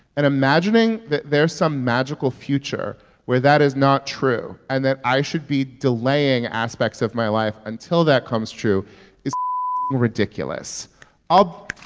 and imagining that there's some magical future where that is not true and that i should be delaying aspects of my life until that comes true is ridiculous um